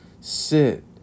sit